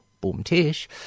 boom-tish